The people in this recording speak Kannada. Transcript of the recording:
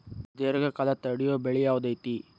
ದೇರ್ಘಕಾಲ ತಡಿಯೋ ಬೆಳೆ ಯಾವ್ದು ಐತಿ?